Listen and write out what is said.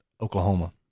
Oklahoma